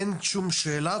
אין שום שאלה,